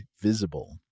Visible